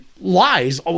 lies